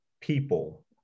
people